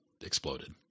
exploded